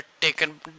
taken